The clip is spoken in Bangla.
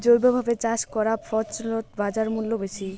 জৈবভাবে চাষ করা ফছলত বাজারমূল্য বেশি